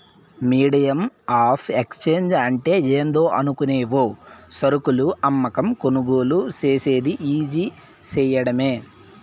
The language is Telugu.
మీడియం ఆఫ్ ఎక్స్చేంజ్ అంటే ఏందో అనుకునేవు సరుకులు అమ్మకం, కొనుగోలు సేసేది ఈజీ సేయడమే